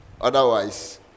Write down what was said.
Otherwise